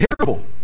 terrible